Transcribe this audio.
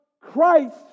Christ